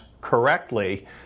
correctly